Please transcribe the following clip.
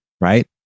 right